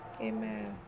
Amen